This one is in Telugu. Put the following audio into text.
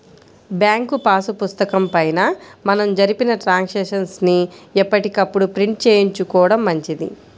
బ్యాంకు పాసు పుస్తకం పైన మనం జరిపిన ట్రాన్సాక్షన్స్ ని ఎప్పటికప్పుడు ప్రింట్ చేయించుకోడం మంచిది